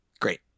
Great